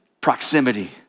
proximity